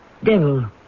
Devil